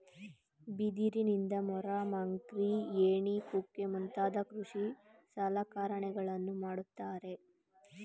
ಬಿದಿರಿನಿಂದ ಮೊರ, ಮಕ್ರಿ, ಏಣಿ ಕುಕ್ಕೆ ಮುಂತಾದ ಕೃಷಿ ಸಲಕರಣೆಗಳನ್ನು ಮಾಡುತ್ತಾರೆ